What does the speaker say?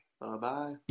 Bye-bye